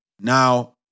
Now